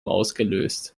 ausgelöst